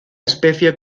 especie